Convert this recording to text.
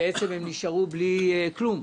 הם בעצם נשארו בלי כלום,